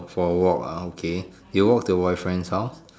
for a walk ah okay do you walk to your boyfriend's house